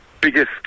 biggest